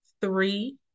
three